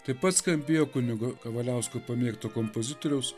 taip pat skambėjo kunigo kavaliausko pamėgto kompozitoriaus